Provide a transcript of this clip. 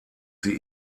sie